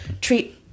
treat